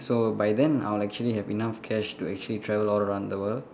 so by then I'll actually have enough cash to actually travel all around the world